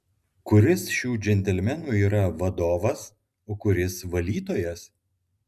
kuris šių džentelmenų yra vadovas o kuris valytojas